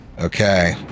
Okay